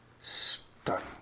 stunned